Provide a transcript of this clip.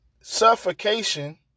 suffocation